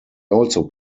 also